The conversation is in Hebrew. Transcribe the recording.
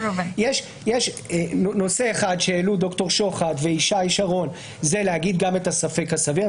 יש נושא אחד שהעלו דוקטור שוחט וישי שרון וזה להגיד גם את הספק הסביר.